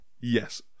Yes